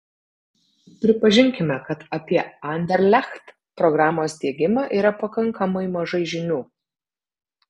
pripažinkime kad apie anderlecht programos diegimą yra pakankamai mažai žinių